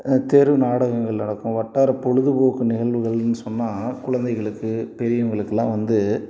தெரு நாடகங்கள் நடக்கும் வட்டார பொழுதுபோக்கு நிகழ்வுகள்னு சொன்னா குழந்தைகளுக்கு பெரியவங்களுக்குலாம் வந்து